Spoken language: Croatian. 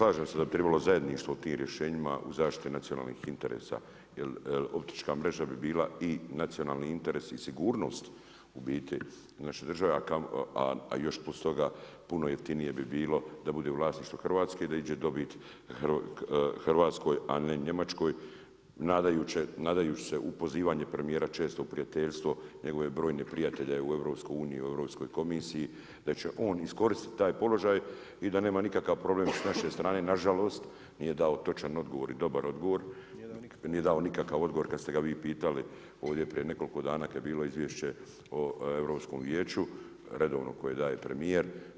Pa slažem se da bi trebalo zajedništvo tim rješenjima u zaštiti nacionalnih interesa jer optička mreža bi bila i nacionalni interes i sigurnost u biti naše države a još plus toga puno jeftinije bi bilo da bude u vlasništvo Hrvatske i da iđe dobit Hrvatskoj a ne Njemačkoj nadajući se u pozivanje premijera, često prijateljstvo njegove brojne prijatelje u Europsku uniju, u Europskoj komisiji da će on iskoristiti taj položaj i da nema nikakav problem s naše strane, nažalost nije dao točan odgovor i dobar odgovor, nije dao nikakav odgovor kada ste ga vi pitali ovdje prije nekoliko dana kada je bilo Izvješće o Europskom vijeću, redovno koje daje premijer.